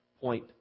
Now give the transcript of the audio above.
point